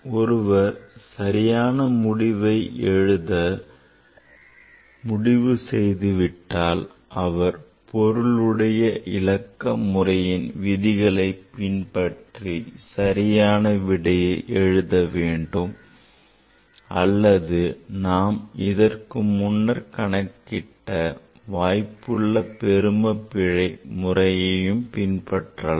ஒருவர் சரியான முடிவை எழுத முடிவு செய்துவிட்டால் அவர் பொருளுடையவிலக்க முறையின் விதிகளை பின்பற்றி சரியான விடையை எழுத வேண்டும் அல்லது நாம் இதற்கு முன்னர் கணக்கிட்ட வாய்ப்புள்ள பெரும பிழை முறையை பின்பற்றலாம்